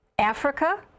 Africa